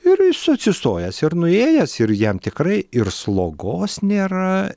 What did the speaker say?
ir jis atsistojęs ir nuėjęs ir jam tikrai ir slogos nėra